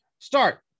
Start